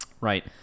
Right